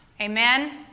Amen